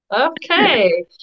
Okay